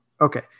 Okay